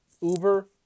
Uber